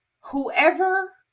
Whoever